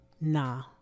nah